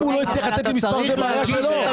אם הוא לא הצליח לתת לי מספר, זאת בעיה שלו.